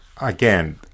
again